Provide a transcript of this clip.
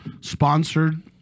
sponsored